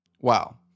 Wow